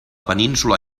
península